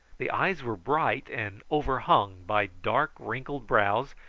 the eyes were bright and overhung by dark wrinkled brows,